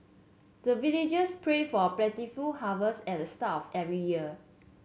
the villagers pray for plentiful harvest at the start of every year